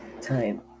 time